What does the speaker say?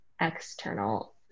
external